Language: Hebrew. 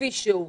כפי שהוא,